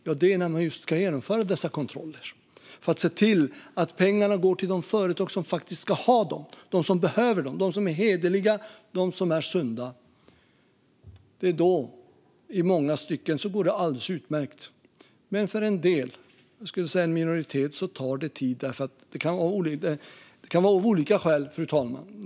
Jo, det som tar tid är när man ska genomföra dessa kontroller för att se till att pengarna går till de företag som faktiskt ska ha dem: de som behöver dem, de som är hederliga, de som är sunda. I många stycken går det alldeles utmärkt, men för en del - jag skulle säga en minoritet - tar det tid. Det kan vara olika skäl till detta, fru talman.